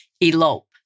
elope